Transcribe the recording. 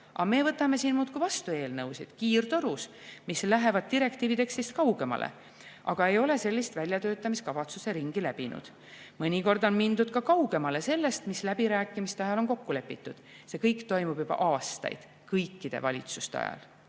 Aga meie võtame siin muudkui vastu eelnõusid, kiirtorus, mis lähevad direktiivi tekstist kaugemale, aga ei ole väljatöötamiskavatsuse ringi läbinud. Mõnikord on mindud ka kaugemale sellest, mis läbirääkimiste ajal on kokku lepitud. See kõik on toimunud juba aastaid. Kõikide valitsuste